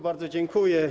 Bardzo dziękuję.